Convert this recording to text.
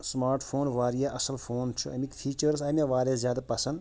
smart phone واریاہ اصٕل phone چھُ اَمِکۍ فیٖچٲرٕس آیہِ مےٚ واریاہ زیادٕ پَسنٛد